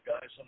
guys